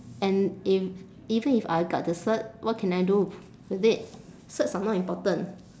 and if even if I got the cert what can I do with it certs are not important